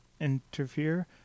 interfere